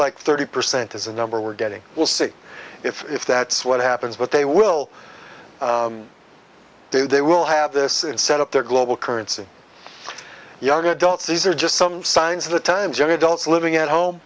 like thirty percent is a number we're getting we'll see if that's what happens but they will do they will have this and set up their global currency young adults these are just some signs of the times any adults living at home